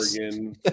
Oregon